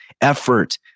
effort